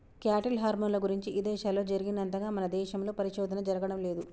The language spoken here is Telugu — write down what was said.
క్యాటిల్ హార్మోన్ల గురించి ఇదేశాల్లో జరిగినంతగా మన దేశంలో పరిశోధన జరగడం లేదు